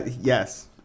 Yes